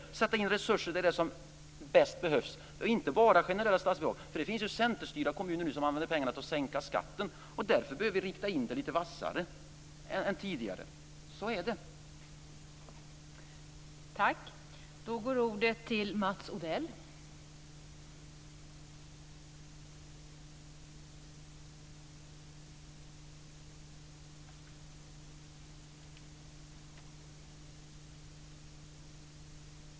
Vi bör sätta in resurser där de behövs som bäst och inte bara ha generella statsbidrag. Det finns centerstyrda kommuner som nu använder pengarna till att sänka skatten. Därför behöver vi rikta in detta lite vassare än tidigare.